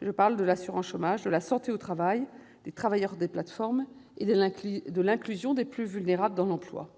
je veux parler de l'assurance chômage, de la santé au travail, des travailleurs des plateformes et de l'inclusion des plus vulnérables dans l'emploi.